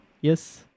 Yes